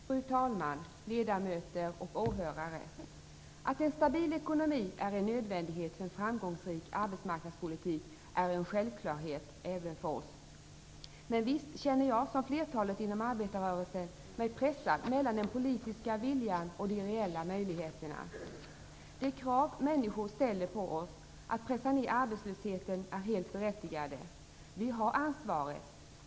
Fru talman! Ledamöter och åhörare! Att en stabil ekonomi är en nödvändighet för en framgångsrik arbetsmarknadspolitik är en självklarhet även för oss. Men visst känner jag mig, som flertalet inom arbetarrörelsen, pressad mellan den politiska viljan och de reella möjligheterna. De krav människor ställer på oss att pressa ner arbetslösheten är helt berättigade, vi har ansvaret.